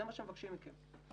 זה מה שמבקשים מכם.